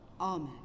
Amen